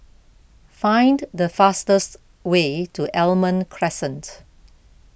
find the fastest way to Almond Crescent